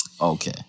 okay